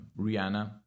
Rihanna